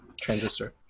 Transistor